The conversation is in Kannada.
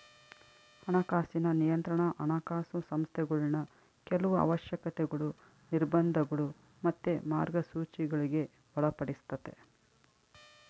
ಹಣಕಾಸಿನ ನಿಯಂತ್ರಣಾ ಹಣಕಾಸು ಸಂಸ್ಥೆಗುಳ್ನ ಕೆಲವು ಅವಶ್ಯಕತೆಗುಳು, ನಿರ್ಬಂಧಗುಳು ಮತ್ತೆ ಮಾರ್ಗಸೂಚಿಗುಳ್ಗೆ ಒಳಪಡಿಸ್ತತೆ